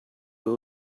what